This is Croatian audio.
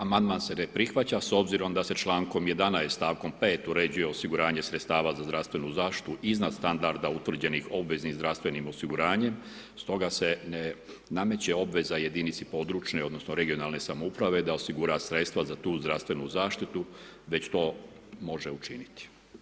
Amandman se ne prihvaća s obzirom da se člankom 11 stavkom 5 uređuje osiguranje sredstava za zdravstvenu zaštitu iznad standarda utvrđenih obveznim zdravstvenim osiguranjem stoga se ne nameće obveza jedinici područne, odnosno regionalne samouprave da osigura sredstva za tu zdravstvenu zaštitu, već to može učiniti.